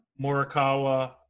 Morikawa